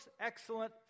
excellent